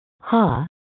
Ha